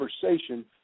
conversation